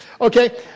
Okay